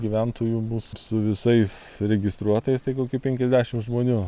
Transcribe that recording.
gyventojų bus su visais registruotais tai koki penkiasdešim žmonių